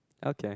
okay